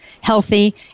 healthy